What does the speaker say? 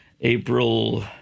April